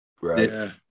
right